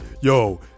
yo